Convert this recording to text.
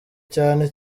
cyane